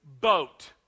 boat